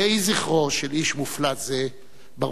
יהי זכרו של איש מופלא זה ברוך.